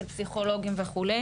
פסיכולוגים וכו'.